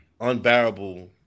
unbearable